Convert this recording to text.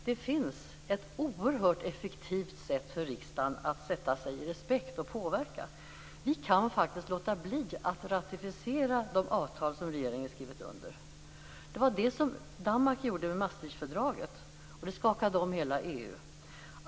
Det finns emellertid ett oerhört effektivt sätt för riksdagen att sätta sig i respekt och påverka. Vi kan faktiskt låta bli att ratificera de avtal som regeringen har skrivit under. Det var det som Danmark gjorde med Maastrichtfördraget, vilket skakade om hela EU.